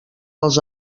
els